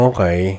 Okay